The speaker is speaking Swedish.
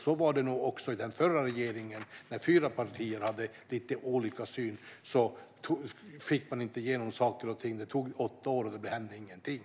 Så var det nog också i den förra regeringen när fyra partier hade lite olika syn. De fick inte igenom saker och ting. Det tog åtta år, och det hände ingenting.